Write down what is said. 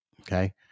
Okay